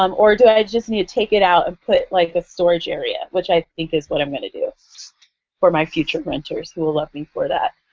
um or do i just need to take it out and put like a storage area? which i think is what i'm going to do for my feature renters who will love me for that.